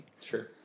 Sure